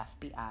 FBI